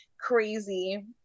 crazy